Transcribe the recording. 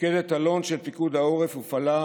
מפקדת אלון של פיקוד העורף הופעלה